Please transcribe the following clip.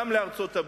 גם לארצות-הברית,